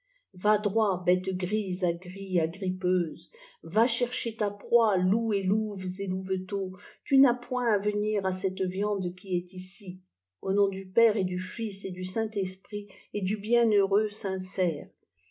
va droit bête grise à gris âgripeuse va chercher ta proie loups et louves et louveteaux tu n'as point à venir à cette viande qui est ici au nom du père et dû fils et du saint-esprit et du bienheureux saint